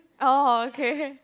oh okay